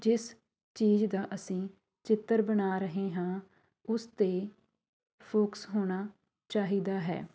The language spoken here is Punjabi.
ਜਿਸ ਚੀਜ਼ ਦਾ ਅਸੀਂ ਚਿੱਤਰ ਬਣਾ ਰਹੇ ਹਾਂ ਉਸ 'ਤੇ ਫੋਕਸ ਹੋਣਾ ਚਾਹੀਦਾ ਹੈ